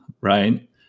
right